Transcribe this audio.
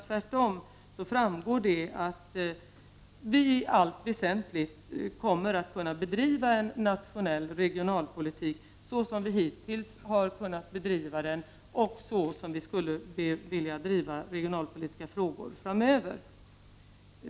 Tvärtom framgår det att vi i allt väsentligt kommer att kunna bedriva en nationell regionalpolitik så som vi hittills har kunnat bedriva den och så som vi skulle vilja driva regionalpolitiska frågor framöver.